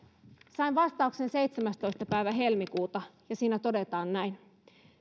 sain vastauksen seitsemästoista päivä helmikuuta ja siinä todetaan näin